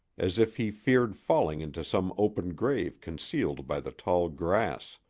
as if he feared falling into some open grave concealed by the tall grass.